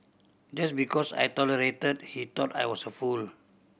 just because I tolerated he thought I was a fool